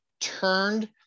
turned